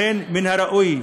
לכן מן הראוי,